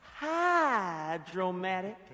hydromatic